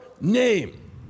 name